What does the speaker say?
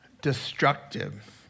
destructive